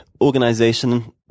organization